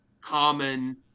common